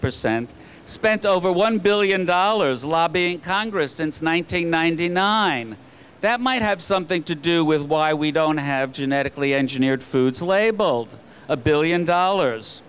percent spent over one billion dollars lobbying congress since one thousand nine hundred ninety nine that might have something to do with why we don't have genetically engineered foods labeled a billion dollars